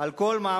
על כל מאמץ,